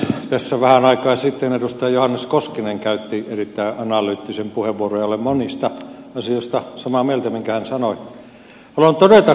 tässä vähän aikaa sitten edustaja johannes koskinen käytti erittäin analyyttisen puheenvuoron ja olen samaa mieltä monista asioista joita hän sanoi